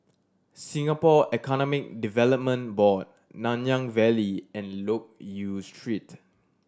Singapore Economic Development Board Nanyang Valley and Loke Yew Street